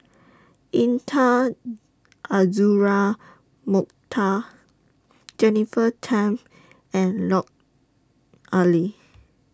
Intan Azura Mokhtar Jennifer Tham and Lut Ali